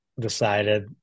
decided